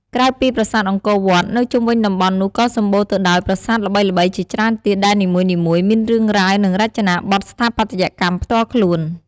ក្រៅពីប្រាសាទអង្គរវត្ត នៅជុំវិញតំបន់នោះក៏សម្បូរទៅដោយប្រាសាទល្បីៗជាច្រើនទៀត ដែលនីមួយៗមានរឿងរ៉ាវ និងរចនាបថស្ថាបត្យកម្មផ្ទាល់ខ្លួន។